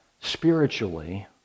spiritually